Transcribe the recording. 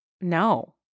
no